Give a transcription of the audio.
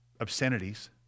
obscenities